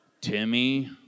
Timmy